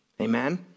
Amen